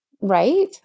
Right